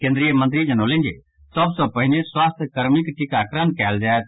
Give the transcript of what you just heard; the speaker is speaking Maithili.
केन्द्रीय मंत्री जनौलनि जे सभ सँ पहिने स्वास्थ्य कर्मिक टीकाकरण कयल जायत